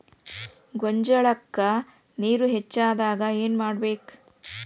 ಗೊಂಜಾಳಕ್ಕ ನೇರ ಹೆಚ್ಚಾದಾಗ ಏನ್ ಮಾಡಬೇಕ್?